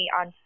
on